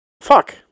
fuck